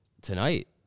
tonight